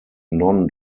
non